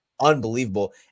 unbelievable